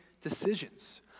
decisions